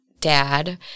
dad